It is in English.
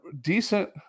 decent